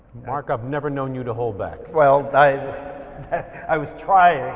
mark i've never known you to hold back. well i was trying.